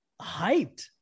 hyped